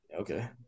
Okay